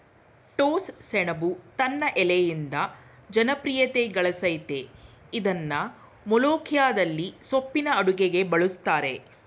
ಟೋಸ್ಸಸೆಣಬು ತನ್ ಎಲೆಯಿಂದ ಜನಪ್ರಿಯತೆಗಳಸಯ್ತೇ ಇದ್ನ ಮೊಲೋಖಿಯದಲ್ಲಿ ಸೊಪ್ಪಿನ ಅಡುಗೆಗೆ ಬಳುಸ್ತರೆ